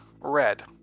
red